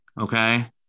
Okay